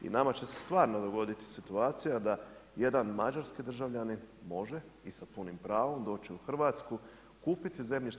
I nama će se stvarno dogoditi situacija da jedan mađarski državljanin može i sa punim pravom doći u Hrvatsku, kupiti zemljište.